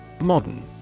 Modern